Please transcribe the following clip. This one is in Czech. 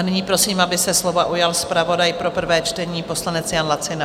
Nyní prosím, aby se slova ujal zpravodaj pro prvé čtení, poslanec Jan Lacina.